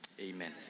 amen